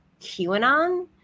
QAnon